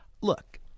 look